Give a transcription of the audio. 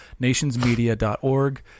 nationsmedia.org